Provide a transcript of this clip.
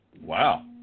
Wow